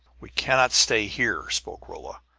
we cannot stay here, spoke rolla,